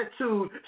attitude